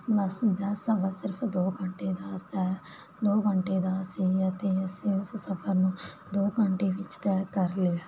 ਬੱਸ ਦਾ ਸਫ਼ਰ ਸਿਰਫ਼ ਦੋ ਘੰਟੇ ਦਾ ਦੋ ਘੰਟੇ ਦਾ ਸੀ ਅਤੇ ਅਸੀਂ ਉਸ ਸਫ਼ਰ ਨੂੰ ਦੋ ਘੰਟੇ ਵਿਚ ਤੈਅ ਕਰ ਲਿਆ